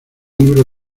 libro